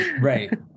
right